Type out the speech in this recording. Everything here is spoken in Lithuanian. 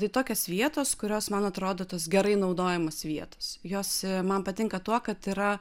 tai tokios vietos kurios man atrodo tos gerai naudojamos vietos jos man patinka tuo kad yra